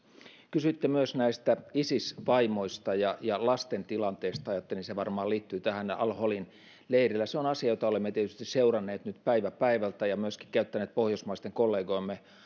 kysyitte myös isis vaimojen ja lasten tilanteesta ajattelin että se varmaan liittyy tähän al holin leiriin se on asia jota me olemme tietysti seuranneet nyt päivä päivältä ja myöskin käyttäneet pohjoismaisten kollegojemme